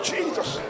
Jesus